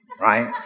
right